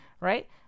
right